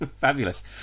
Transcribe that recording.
fabulous